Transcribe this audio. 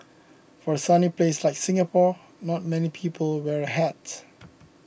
for a sunny place like Singapore not many people wear a hat